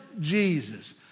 Jesus